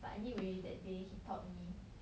but anyway that day he taught me